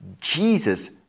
Jesus